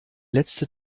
letzte